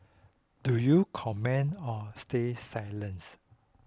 do you comment or stay silent